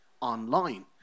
online